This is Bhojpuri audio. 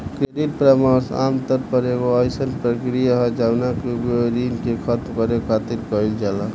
क्रेडिट परामर्श आमतौर पर एगो अयीसन प्रक्रिया ह जवना के उपयोग ऋण के खतम करे खातिर कईल जाला